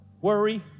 worry